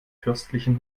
fürstlichen